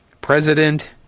President